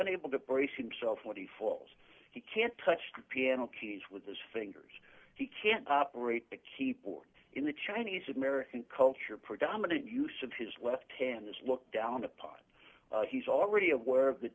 unable to brace himself when he falls he can't touch the piano keys with his fingers he can't operate the key port in the chinese american culture predominant use of his left hand is looked down upon he's already aware of the